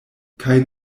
kaj